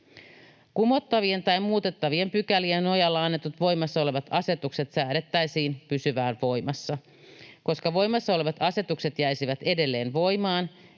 Kumottavien tai muutettavien pykälien nojalla annetut voimassa olevat asetukset säädettäisiin pysymään voimassa. Koska voimassa olevat asetukset jäisivät edelleen voimaan,